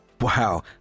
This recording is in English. Wow